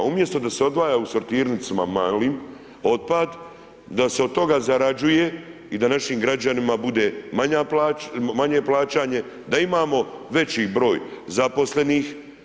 Umjesto da se odvaja u sortirnicama malim otpad, da se od toga zarađuje i da našim građanima bude manje plaćanje, da imamo veći broj zaposlenih.